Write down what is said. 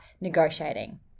negotiating